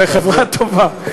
בחברה טובה.